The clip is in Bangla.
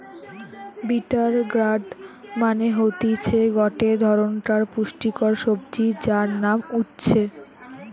বিটার গার্ড মানে হতিছে গটে ধরণকার পুষ্টিকর সবজি যার নাম উচ্ছে